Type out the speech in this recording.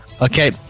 Okay